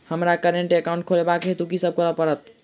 हमरा current account खोलेवाक हेतु की सब करऽ पड़त?